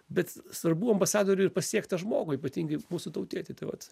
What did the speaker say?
bet svarbu ambasadoriui ir pasiekt tą žmogų ypatingai mūsų tautietį tai vat